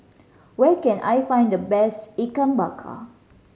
where can I find the best Ikan Bakar